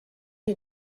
you